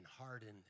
hardened